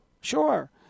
Sure